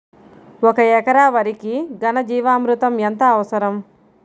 ఒక ఎకరా వరికి ఘన జీవామృతం ఎంత అవసరం?